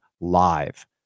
Live